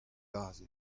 aze